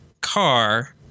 car